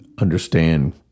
understand